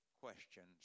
questions